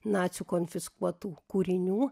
nacių konfiskuotų kūrinių